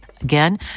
Again